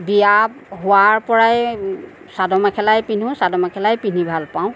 বিয়া হোৱাৰ পৰাই চাদৰ মেখেলাই পিন্ধো চাদৰ মেখেলাই পিন্ধি ভাল পাওঁ